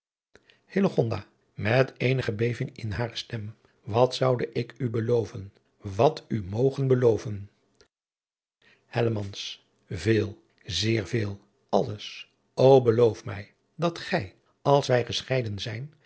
met eenige beving in hare stem wat zoude ik u beloven wat u mogen beloven hellemans veel zeer veel alles o beloof mij dat gij als wij gescheiden zijn